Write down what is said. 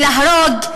ולהרוג,